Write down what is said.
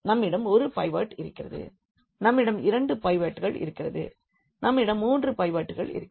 நம்மிடன் ஒரு பைவட் இருக்கிறது நம்மிடம் 2 பைவட்கள் இருக்கிறது நம்மிடம் 3 பைவட்கள் இருக்கிறது